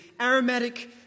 aromatic